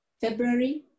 February